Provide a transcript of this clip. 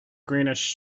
greenish